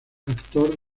actor